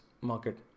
market